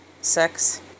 sex